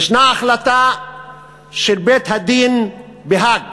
ישנה החלטה של בית-הדין בהאג